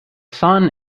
sun